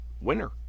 winner